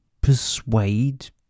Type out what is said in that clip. persuade